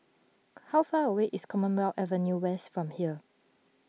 how far away is Commonwealth Avenue West from here